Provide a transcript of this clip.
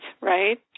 right